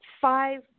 five